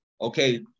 okay